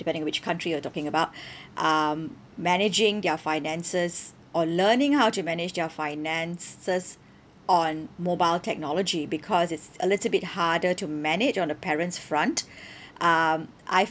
depending on which country you're talking about um managing their finances or learning how to manage their finances on mobile technology because it's a little bit harder to manage on the parents' front um I